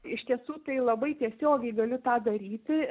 iš tiesų tai labai tiesiogiai galiu tą daryti